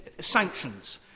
sanctions